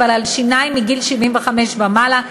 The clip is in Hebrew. אבל מגיל 75 ומעלה,